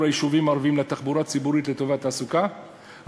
היישובים הערביים לתחבורה הציבורית לטובת התעסוקה,